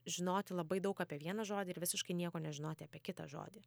žinoti labai daug apie vieną žodį ir visiškai nieko nežinoti apie kitą žodį